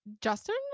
justin